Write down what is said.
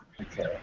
Okay